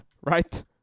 right